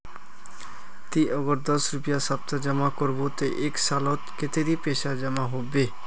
ती अगर दस रुपया सप्ताह जमा करबो ते एक सालोत कतेरी पैसा जमा होबे बे?